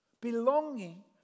Belonging